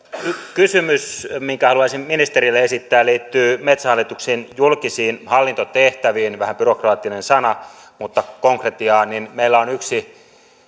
kysymys minkä haluaisin ministerille esittää liittyy metsähallituksen julkisiin hallintotehtäviin vähän byrokraattinen sana mutta konkretiaa meillä on yksi